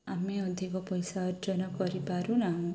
ଆମେ ଅଧିକ ପଇସା ଅର୍ଜନ କରିପାରୁ ନାହୁଁ